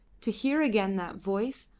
to hear again that voice,